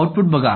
output बघा